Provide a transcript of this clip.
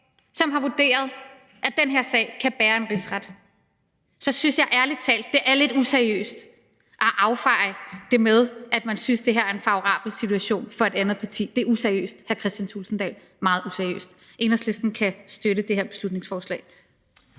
som har vurderet, at den her sag kan bære en rigsretssag. Så synes jeg ærlig talt, det er lidt useriøst at affeje det med, at man synes, det her er en favorabel situation for et andet parti. Det er useriøst, hr. Kristian Thulesen Dahl – meget useriøst. Enhedslisten kan støtte det her beslutningsforslag.